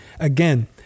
Again